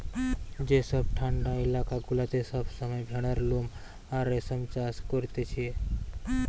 যেসব ঠান্ডা এলাকা গুলাতে সব সময় ভেড়ার লোম আর রেশম চাষ করতিছে